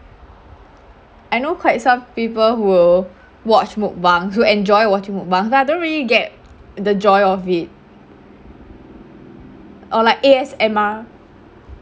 I know quite some people who watch mukbang who enjoy watching mukbang but I don't really get the joy of it or like A_S_M_R